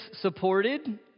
supported